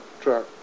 truck